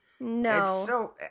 No